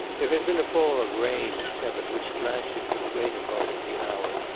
there had been a fall of rain at seven which had lasted for the greater part of the hour,